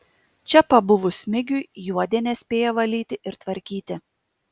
čia pabuvus smigiui juodė nespėja valyti ir tvarkyti